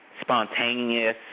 spontaneous